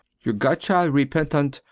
your godchild repentant,